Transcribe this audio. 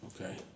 Okay